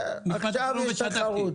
ועכשיו יש תחרות.